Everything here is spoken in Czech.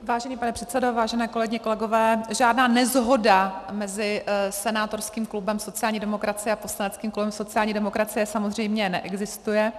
Vážený pane předsedo, vážené kolegyně, kolegové, žádná neshoda mezi senátorským klubem sociální demokracie a poslaneckým klubem sociální demokracie samozřejmě neexistuje.